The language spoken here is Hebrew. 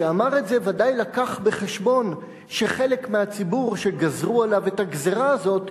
כשאמר את זה ודאי לקח בחשבון שחלק מהציבור שגזרו עליו את הגזירה הזאת